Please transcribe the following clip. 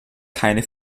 keine